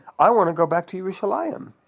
i want to go back to yerushalyim.